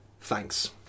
Thanks